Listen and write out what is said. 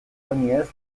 oinez